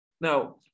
Now